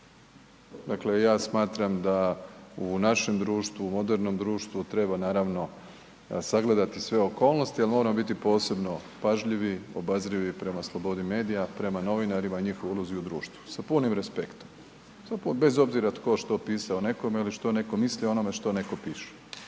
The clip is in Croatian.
Dakle, ja smatram da u našem društvu, u modernom društvu treba naravno sagledati sve okolnosti, ali moramo biti posebno pažljivi, obazrivi prema slobodi medija, prema novinarima i njihovoj ulozi u društvu, sa punim respektom, bez obzira tko, što pisao o nekome ili što neko misli o onome što neko piše.